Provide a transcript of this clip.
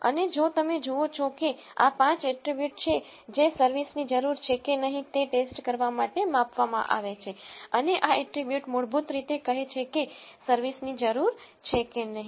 અને જો તમે જુઓ છો કે આ પાંચ એટ્રીબ્યુટ છે જે સર્વિસની જરૂર છે કે નહીં તે ટેસ્ટ કરવા માટે માપવામાં આવે છે અને આ એટ્રીબ્યુટ મૂળભૂત રીતે કહે છે કે સર્વિસની જરૂર છે કે નહીં